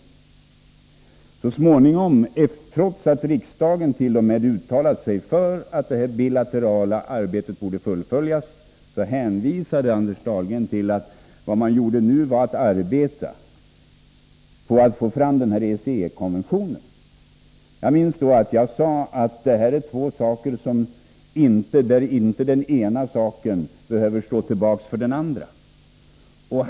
Så småningom, trots att riksdagen uttalat sig för att detta bilaterala arbete borde fullföljas, hänvisade Anders Dahlgren till att man nu arbetade på att få fram ECE-konventionen. Jag minns att jag då sade att detta var två saker, där den ena inte behövde stå tillbaka för den andra.